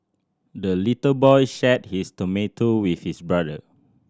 the little boy shared his tomato with his brother